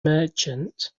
merchant